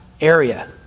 area